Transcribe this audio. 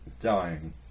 dying